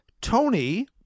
Tony